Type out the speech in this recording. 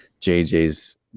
JJ's